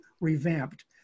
revamped